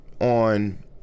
on